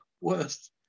worse